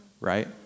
right